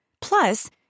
Plus